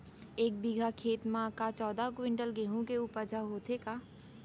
एक बीघा खेत म का चौदह क्विंटल गेहूँ के उपज ह होथे का?